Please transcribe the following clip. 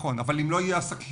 אבל אם לא יהיו עסקים,